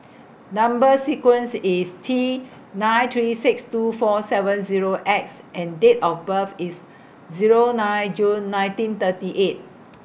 Number sequence IS T nine three six two four seven Zero X and Date of birth IS Zero nine June nineteen thirty eight